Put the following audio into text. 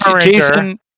Jason